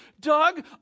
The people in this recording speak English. Doug